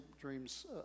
dreams